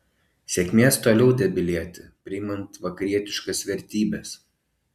sėkmės toliau debilėti priimant vakarietiškas vertybes